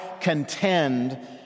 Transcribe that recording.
contend